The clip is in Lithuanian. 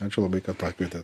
ačiū labai kad pakvietėt